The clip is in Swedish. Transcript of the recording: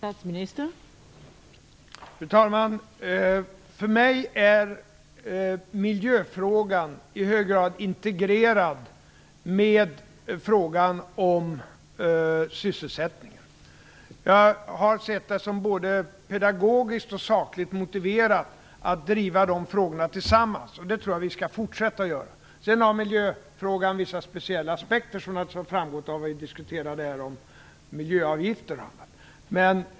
Fru talman! För mig är miljöfrågan i hög grad integrerad med frågan om sysselsättningen. Jag har sett det som både pedagogiskt och sakligt motiverat att driva de frågorna tillsammans, och det tror jag att vi skall fortsätta att göra. Sedan har miljöfrågan vissa speciella aspekter som har framgått när vi diskuterade miljöavgifterna.